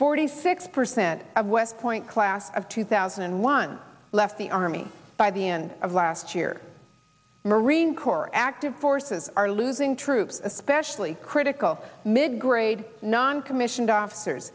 forty six percent of west point class of two thousand and one left the army by the end of last year marine corps active forces are losing troops especially critical mid grade noncommissioned officers